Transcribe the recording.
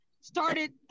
started